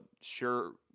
sure